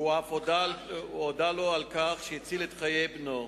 והוא אף הודה לו על כל כך שהציל את חיי בנו.